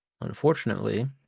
...unfortunately